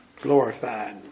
glorified